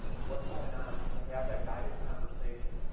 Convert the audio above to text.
what's going on? and we have that guided conversation.